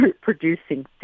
producing